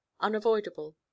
unavoidable